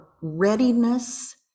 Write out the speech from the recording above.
readiness